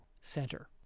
center